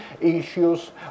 issues